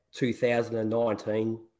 2019